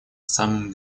самым